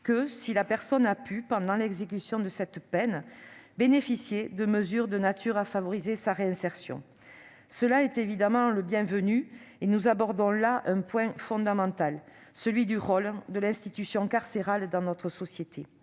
que si la personne a pu, pendant l'exécution de cette peine, bénéficier de mesures de nature à favoriser sa réinsertion. Cela est évidemment bienvenu et nous permet d'aborder un sujet fondamental, celui du rôle de l'institution carcérale dans notre société.